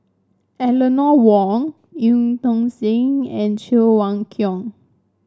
Eleanor Wong Eu Tong Sen and Cheng Wai Keung